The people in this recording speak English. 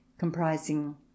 comprising